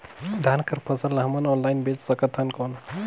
धान कर फसल ल हमन ऑनलाइन बेच सकथन कौन?